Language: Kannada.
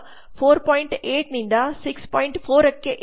4 ಕ್ಕೆ ಏರಿದೆ